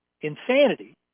insanity